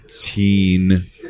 teen